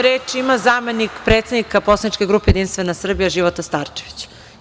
Reč ima zamenik predsednika poslaničke grupe Jedinstvena Srbija, Života Starčević.